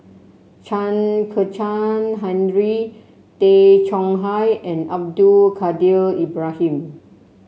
Chen Kezhan Henri Tay Chong Hai and Abdul Kadir Ibrahim